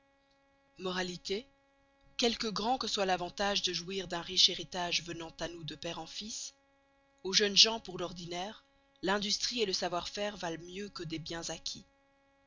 moralité quelque grand que soit l'avantage de joüir d'un riche héritage venant à nous de pere en fils aux jeunes gens pour l'ordinaire l'industrie et le sçavoir faire vallent mieux que des biens acquis